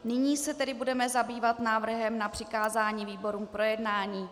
Nyní se budeme zabývat návrhem na přikázání výborům k projednání.